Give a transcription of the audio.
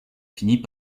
finit